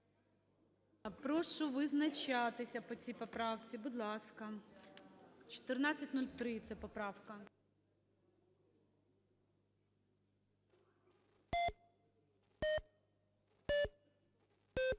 Прошу визначатися по ці поправці, будь ласка. 1403 це поправка.